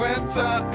winter